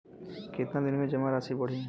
कितना दिन में जमा राशि बढ़ी?